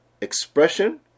expression